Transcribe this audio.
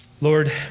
Lord